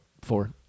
Four